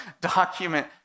document